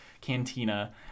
cantina